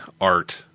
art